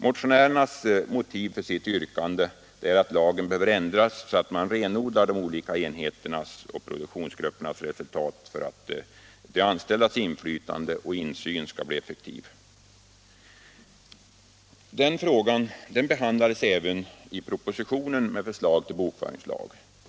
Motionärernas motiv för sitt yrkande är att lagen behöver ändras så, att man renodlar de olika enheternas och produktionsgruppernas resultat för att de anställdas inflytande och insyn skall bli effektiva. Denna fråga behandlades även i propositionen med förslag till bokföringslag.